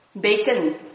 bacon